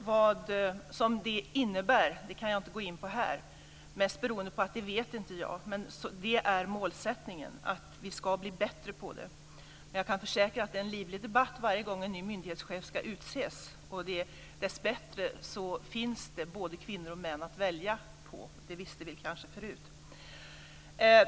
Vad detta innebär kan jag inte gå in på här, mest beroende på att jag inte vet det. Men målsättningen är att vi ska bli bättre. Jag kan försäkra att det är en livlig debatt varje gång en myndighetschef ska utses. Dessbättre finns det både kvinnor och män att välja på - det visste vi kanske förut.